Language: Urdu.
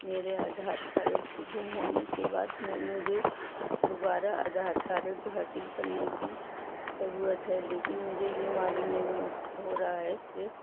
میرے آدھار کارڈ کے گم ہونے کے بعد میں مجھے دوبارہ آدھار کارڈ حاصل کرنے کی ضرورت ہے لیکن مجھے یہ معلوم نہیں ہو ہو رہا ہے کہ